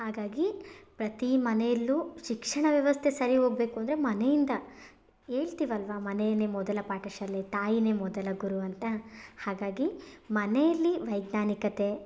ಹಾಗಾಗಿ ಪ್ರತೀ ಮನೆಯಲ್ಲೂ ಶಿಕ್ಷಣ ವ್ಯವಸ್ಥೆ ಸರಿ ಹೋಗಬೇಕು ಅಂದರೆ ಮನೆಯಿಂದ ಹೇಳ್ತೀವಲ್ವಾ ಮನೆಯೇ ಮೊದಲ ಪಾಠಶಾಲೆ ತಾಯಿಯೇ ಮೊದಲ ಗುರು ಅಂತ ಹಾಗಾಗಿ ಮನೆಯಲ್ಲಿ ವೈಜ್ಞಾನಿಕತೆ